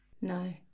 No